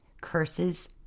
Curses